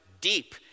deep